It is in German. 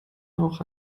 auch